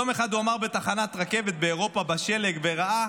יום אחד הוא עמד בתחנת רכבת באירופה, בשלג, וראה